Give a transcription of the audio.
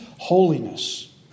holiness